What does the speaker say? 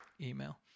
email